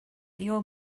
your